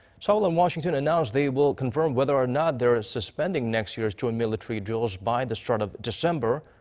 seoul and washington announced they will confirm whether or not they're suspending next year's joint military drills by the start of december.